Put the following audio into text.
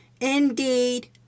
Indeed